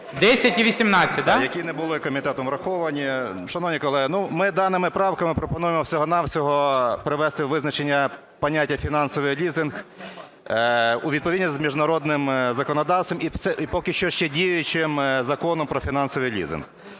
Т.І. Да. Які не були комітетом враховані. Шановні колеги, ну, ми даними правками пропонуємо, всього-на-всього, привести визначення поняття "фінансовий лізинг" у відповідність з міжнародним законодавством і поки що ще діючим Законом "Про фінансовий лізинг".